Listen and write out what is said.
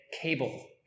cable